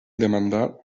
demandar